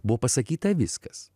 buvo pasakyta viskas